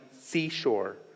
seashore